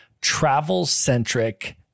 travel-centric